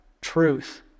truth